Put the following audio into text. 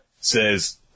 says